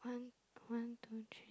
one one two three